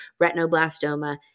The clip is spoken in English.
retinoblastoma